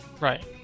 Right